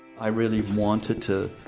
i really wanted to